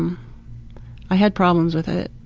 um i had problems with it.